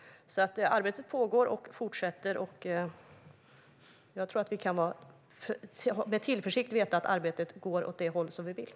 Arbetet pågår och fortsätter. Jag tror att vi kan känna tillförsikt om att arbetet går åt det håll som vi vill.